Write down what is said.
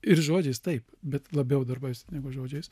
ir žodžiais taip bet labiau darbais negu žodžiais